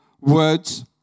words